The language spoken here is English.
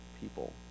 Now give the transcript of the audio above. people